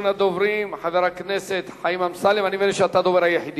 הצעות מס' 3496 ו-3509.